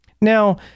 now